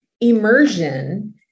Immersion